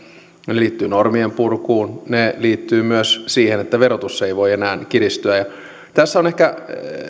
ne liittyvät normien purkuun ne liittyvät myös siihen että verotus ei voi enää kiristyä tässä olen ehkä